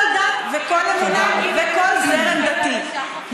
כל דת וכל אמונה וכל זרם דתי.